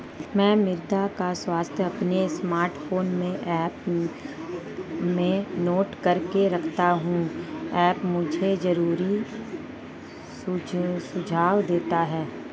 मैं मृदा का स्वास्थ्य अपने स्मार्टफोन में ऐप में नोट करके रखता हूं ऐप मुझे जरूरी सुझाव देता है